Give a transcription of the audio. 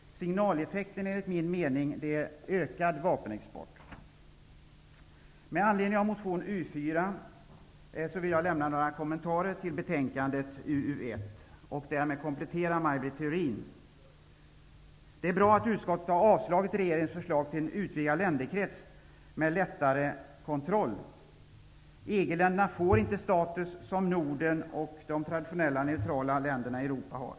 Signaleffekten är, enligt min mening, ökad vapenexport. Med anledning av motion U4 vill jag göra några kommentarer till betänkande UU1 och därmed komplettera det Maj Britt Theorin sade. Det är bra att utskottet har avstyrkt regeringens förslag till en utvidgad länderkrets med lättare kontroll. EG-länderna får inte den status som Norden och de traditionellt neutrala länderna i Europa har.